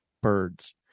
birds